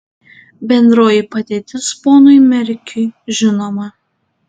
bendroji padėtis ponui merkiui žinoma